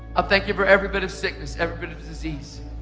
ah thank you for every bit of sickness, every bit of disease,